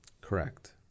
Correct